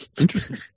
Interesting